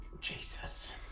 Jesus